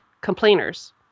complainers